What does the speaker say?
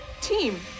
Team